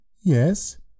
yes